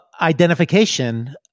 identification